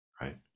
right